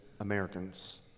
Americans